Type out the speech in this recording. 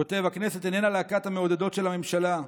הוא כותב: "הכנסת אינה להקת המעודדות של הממשלה".